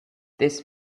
this